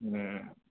മ്മ് മ്